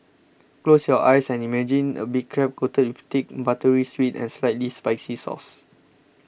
close your eyes and imagine a big crab coated with thick buttery sweet and slightly spicy sauce